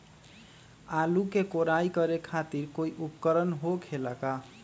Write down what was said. आलू के कोराई करे खातिर कोई उपकरण हो खेला का?